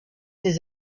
des